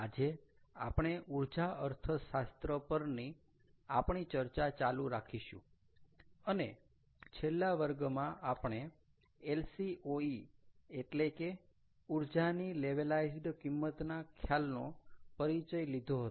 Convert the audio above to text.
આજે આપણે ઊર્જા અર્થશાસ્ત્ર પરની આપણી ચર્ચા ચાલુ રાખીશું અને છેલ્લા વર્ગમાં આપણે LCOE એટલે કે ઊર્જાની લેવેલાઈઝ્ડ કિંમતના ખ્યાલનો પરિચય લીધો હતો